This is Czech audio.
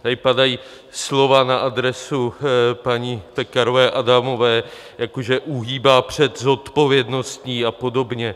Tady padají slova na adresu paní Pekarové Adamové, jako že uhýbá před zodpovědností a podobně.